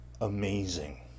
amazing